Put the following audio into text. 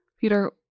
Peter